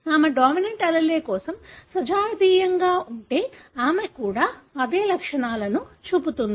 ఆమె dominant allele కోసం సజాతీయంగా ఉంటే ఆమె కూడా అదే లక్షణాలను చూపుతుంది